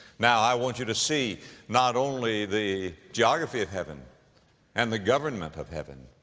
now i want you to see not only the geography of heaven and the government of heaven,